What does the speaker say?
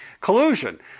Collusion